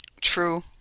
True